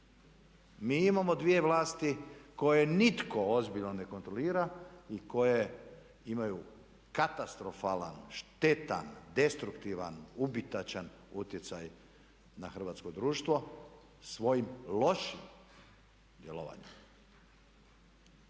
mi imamo dvije vlasti koje nitko ozbiljno ne kontrolira i koje imaju katastrofalan, štetan, destruktivan, ubitačan utjecaj na hrvatsko društvo svojim lošim djelovanjem.